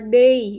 day